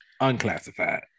Unclassified